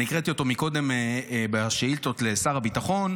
אני הקראתי אותו מקודם בשאילתות לשר הביטחון.